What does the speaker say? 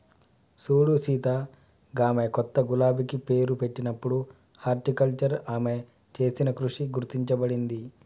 సూడు సీత గామె కొత్త గులాబికి పేరు పెట్టినప్పుడు హార్టికల్చర్ ఆమె చేసిన కృషి గుర్తించబడింది